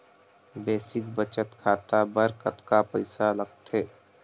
Basic बचत खाता बर कतका पईसा लगथे?